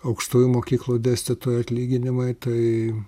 aukštųjų mokyklų dėstytojų atlyginimai tai